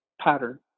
pattern